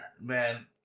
man